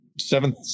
seventh